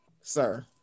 sir